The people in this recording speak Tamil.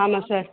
ஆமாம் சார்